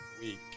week